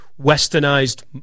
westernized